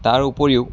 তাৰ উপৰিও